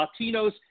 Latinos